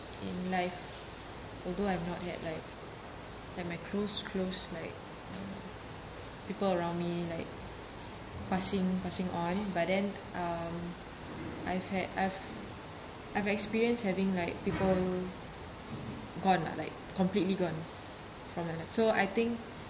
in life although I'm not yet like like my close close like people around me like passing passing on but then um I had I've I have experience like people gone lah like completely gone so I think